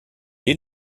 est